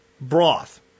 broth